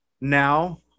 now